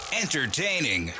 entertaining